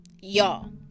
Y'all